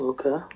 Okay